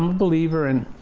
um believer in.